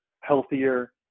healthier